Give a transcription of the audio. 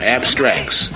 Abstracts